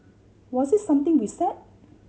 was it something we said